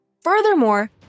Furthermore